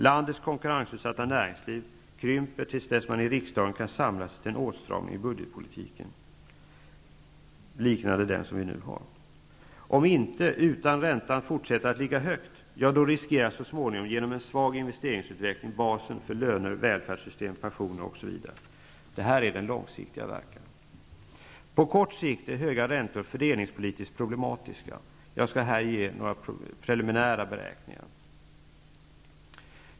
Landets konkurrensutsatta näringsliv krymper till dess man i riksdagen kan samla sig till en åtstramning i budgetpolitiken liknande den som vi nu har. Om så inte sker, utan räntan fortsätter att ligga högt, ja, då riskeras så småningom genom en svag investeringsutveckling basen för löner, välfärdssystem, pensioner osv. Det här är den långsiktiga verkan. På kort sikt är höga räntor fördelningspolitiskt problematiska. Jag skall här visa några preliminära beräkningar.